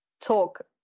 talk